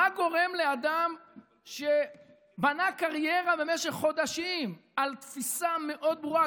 מה גורם לאדם שבנה קריירה במשך חודשים על תפיסה מאוד ברורה,